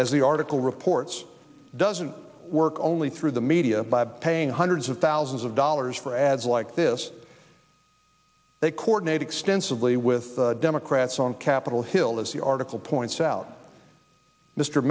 as the article reports doesn't work only through the media by paying hundreds of thousands of dollars for ads like this they coordinate extensively with democrats on capitol hill as the article points out mr